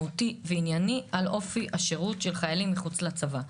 מהותי וענייני על אופי השירות של חיילים מחוץ לצבא.